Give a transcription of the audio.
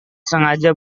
sengaja